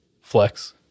flex